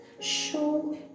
Show